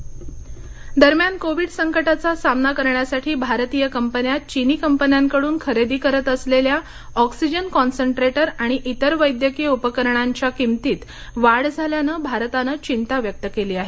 चीन वाढ दरम्यान कोविड संकटाचा सामना करण्यासाठी भारतीय कंपन्या चीनी कंपन्यांकडून खरेदी करत असलेल्या ऑक्सिजन कॉन्सन्ट्रेटर आणि इतर वैद्यकीय उपकरणांच्या किंमतीत वाढ झाल्यानं भारतानं चिंता व्यक्त केली आहे